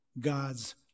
God's